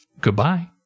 Goodbye